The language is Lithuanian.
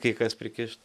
kai kas prikišt